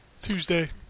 Tuesday